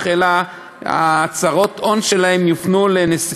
אלא הצהרות ההון שלהם יופנו לנשיא